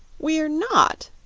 we're not!